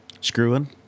screwing